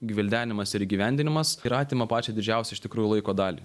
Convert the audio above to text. gvildenimas ir įgyvendinimas ir atima pačią didžiausią iš tikrųjų laiko dalį